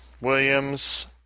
Williams